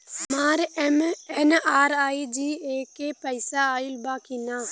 हमार एम.एन.आर.ई.जी.ए के पैसा आइल बा कि ना?